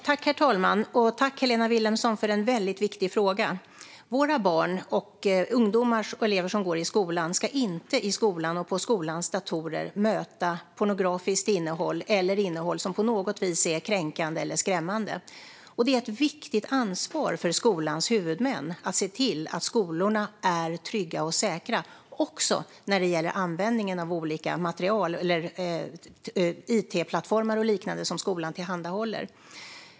Herr talman! Tack, Helena Vilhelmsson, för en väldigt viktig fråga! Våra barn och ungdomar och elever som går i skolan ska inte i skolan och i skolans datorer möta pornografiskt innehåll eller innehåll som på något vis är kränkande eller skrämmande. Det är ett viktigt ansvar för skolans huvudmän att se till att skolorna är trygga och säkra också när det gäller användningen av olika it-plattformar och liknande som skolan tillhandahåller.